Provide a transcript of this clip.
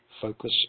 Focus